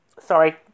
Sorry